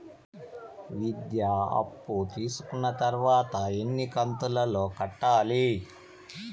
విద్య అప్పు తీసుకున్న తర్వాత ఎన్ని కంతుల లో కట్టాలి?